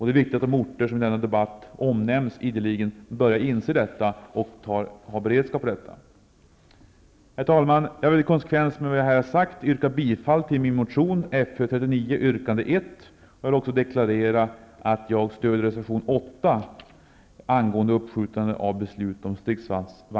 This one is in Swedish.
Det är viktigt att de orter som i denna debatt ideligen onmämns börjar inse detta och har en beredskap för det. Herr talman! Jag vill i konsekvens med vad jag här har sagt yrka bifall till min motion Fö39, yrkande 1. Jag vill också deklarera att jag stöder reservation 8